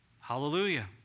Hallelujah